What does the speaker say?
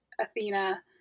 Athena